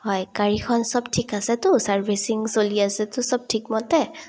হয় গাড়ীখন চব ঠিক আছেতো চাৰ্ভিচিং চলি আছেতো চব ঠিকমতে